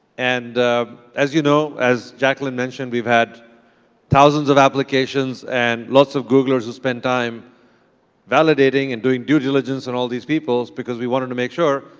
and as you know, as jacquelline mentioned, we've had thousands of applications and lots of googlers who spent time validating and doing due diligence on and all these peoples because we wanted to make sure,